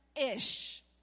ish